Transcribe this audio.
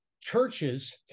churches